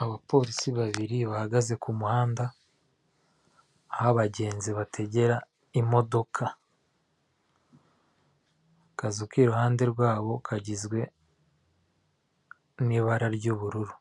Inyubako ifite ibikuta by'umweru ifite inzugi zikinguye ikaba ifite inzu imigezi y'imibara y'ibyatsi, n'iziri mu ibara ry'umuhondo